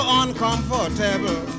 uncomfortable